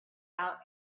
out